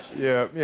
yeah, yeah,